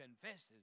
confesses